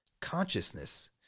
consciousness